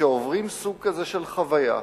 שעוברים סוג כזה של חוויה,